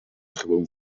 gewoon